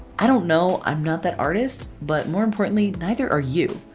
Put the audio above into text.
i don't know i'm not that artist. but more importantly, neither are you!